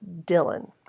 Dylan